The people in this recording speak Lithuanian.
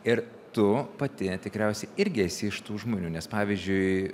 ir tu pati tikriausiai irgi esi iš tų žmonių nes pavyzdžiui